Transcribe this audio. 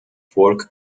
pork